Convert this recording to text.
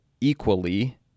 equally